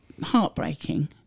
heartbreaking